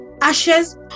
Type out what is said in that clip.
ashes